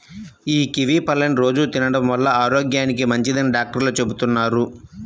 యీ కివీ పళ్ళని రోజూ తినడం వల్ల ఆరోగ్యానికి మంచిదని డాక్టర్లు చెబుతున్నారు